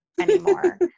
anymore